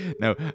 No